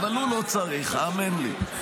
אבל הוא לא צריך, האמן לי.